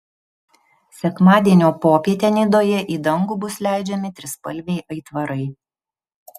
sekmadienio popietę nidoje į dangų bus leidžiami trispalviai aitvarai